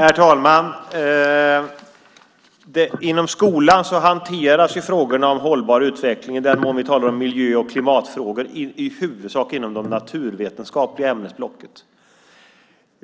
Herr talman! Inom skolan hanteras frågorna om hållbar utveckling, i den mån vi talar om miljö och klimatfrågor, i huvudsak inom det naturvetenskapliga ämnesblocket.